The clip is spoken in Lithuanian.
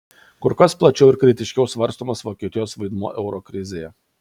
kur kas plačiau ir kritiškiau svarstomas vokietijos vaidmuo euro krizėje